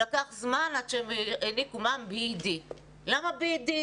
לקח זמן עד שהם העניקו B.Ed. למה B.Ed?